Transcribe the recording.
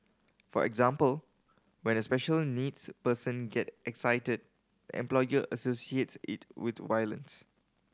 for example when a special needs person get excited employer associates it with violence